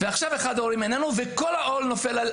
ועכשיו אחד ההורים איננו וכל העול נופל על